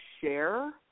share